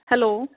hello